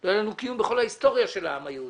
לא יהיה לנו קיום בכל ההיסטוריה של העם היהודי.